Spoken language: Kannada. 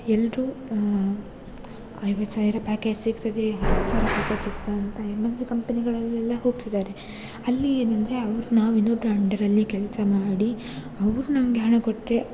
ಎಲ್ಲರೂ ಐವತ್ತು ಸಾವಿರ ಪ್ಯಾಕೇಜ್ ಸಿಗ್ತದೆ ಅರುವತ್ತು ಸಾವಿರ ಪ್ಯಾಕೇಜ್ ಸಿಗ್ತದಂತ ಎಮ್ ಎನ್ ಸಿ ಕಂಪೆನಿಗಳಲ್ಲೆಲ್ಲ ಹೋಗ್ತಿದ್ದಾರೆ ಅಲ್ಲಿ ಏನಂದರೆ ಅವ್ರು ನಾವು ಇನ್ನೊಬ್ರ ಅಂಡರಲ್ಲಿ ಕೆಲಸ ಮಾಡಿ ಅವ್ರು ನಮಗೆ ಹಣ ಕೊಟ್ಟರೆ